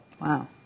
Wow